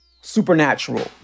Supernatural